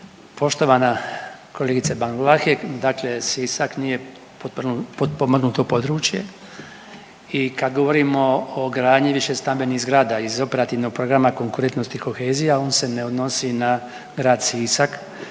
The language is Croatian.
Poštovana kolegice Ban Vlahek, dakle Sisak nije potpomognuto područje i kad govorimo o gradnji višestambenih zgrada iz Operativnog programa Konkurentnog i kohezija on se ne odnosi na Grad Sisak,